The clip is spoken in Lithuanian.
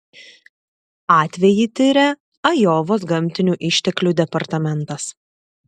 atvejį tiria ajovos gamtinių išteklių departamentas